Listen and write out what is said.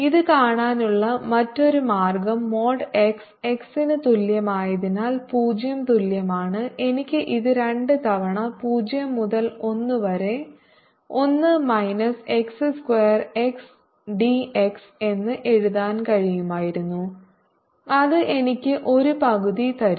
ഇത് കാണാനുള്ള മറ്റൊരു മാർഗ്ഗം മോഡ് x x ന് തുല്യമായതിനാൽ 0 തുല്യമാണ് എനിക്ക് ഇത് 2 തവണ 0 മുതൽ 1 വരെ 1 minus x square x d x എന്ന് എഴുതാൻ കഴിയുമായിരുന്നു അത് എനിക്ക് 1 പകുതി തരും